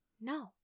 No